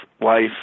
wife